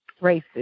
races